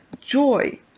joy